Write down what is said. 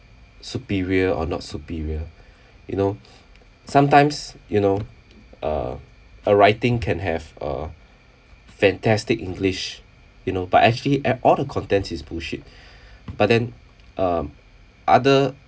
superior or not superior you know sometimes you know uh a writing can have a fantastic english you know but actually at all the content is bullshit but then um other